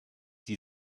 die